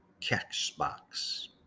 Catchbox